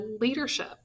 leadership